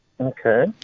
Okay